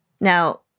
Now